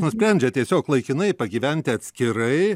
nusprendžia tiesiog laikinai pagyventi atskirai